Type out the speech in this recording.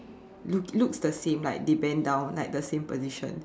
look looks the same like they bend down like the same position